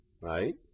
right